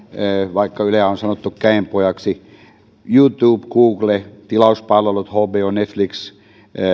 vaikka yleä on sanottu käenpojaksi youtube google tilauspalvelut hbo netflix